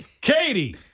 Katie